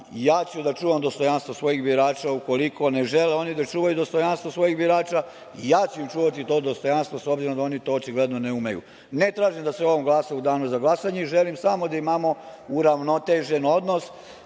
ja ću da čuvam dostojanstvo svojih birača. Ukoliko ne žele oni da čuvaju dostojanstvo svojih birača, ja im čuvati to dostojanstvo, s obzirom da oni to očigledno ne umeju. Ne tražim da se o ovome glasa u Danu za glasanje i želim samo da imamo uravnotežen odnos.